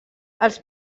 els